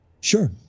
Sure